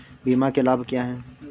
बीमा के लाभ क्या हैं?